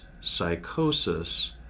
psychosis